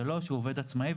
הוא עובד עצמאי,